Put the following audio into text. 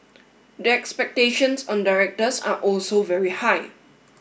the expectations on directors are also very high